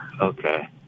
Okay